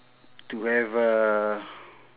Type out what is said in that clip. to have a